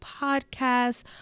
Podcasts